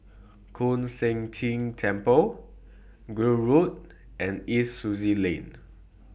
Koon Seng Ting Temple Gul Road and East Sussex Lane